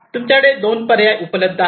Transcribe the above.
तुमच्याकडे दोन पर्याय उपलब्ध आहे